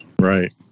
Right